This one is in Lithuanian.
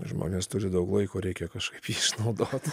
žmonės turi daug laiko reikia kažkaip jį išnaudot